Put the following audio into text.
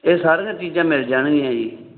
ਇਹ ਸਾਰੀਆਂ ਚੀਜ਼ਾਂ ਮਿਲ ਜਾਣਗੀਆਂ ਜੀ